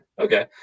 okay